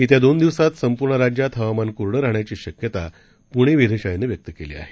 येत्या दोन दिवसात संपूर्ण राज्यात हवामान कोरडं राहण्याची शक्यता प्णे वेधशाळेनं व्यक्त केली आहे